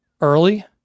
early